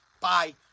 bye